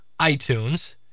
iTunes